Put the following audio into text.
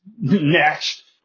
next